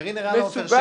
קארין אלהרר או עפר שלח,